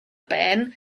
ban